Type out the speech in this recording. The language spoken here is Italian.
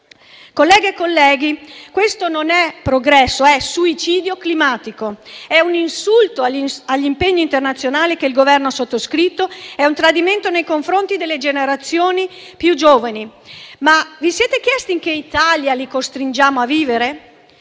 Colleghe e colleghi, questo non è progresso: è suicidio climatico, è un insulto agli impegni internazionali che il Governo ha sottoscritto, è un tradimento nei confronti delle generazioni più giovani. Ma vi siete chiesti in che Italia li costringiamo a vivere?